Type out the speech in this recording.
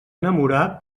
enamorar